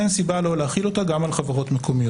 אין סיבה שלא להחיל אותה גם על חברות מקומיות.